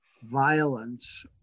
violence